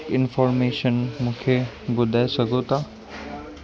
information मूंखे ॿुधाए सघो था